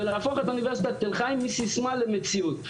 ולהפוך את אוניברסיטת תל חיי מסיסמה למציאות.